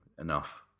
enough